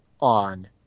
on